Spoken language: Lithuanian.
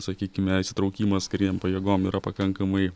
sakykime įsitraukimas karinėm pajėgom yra pakankamai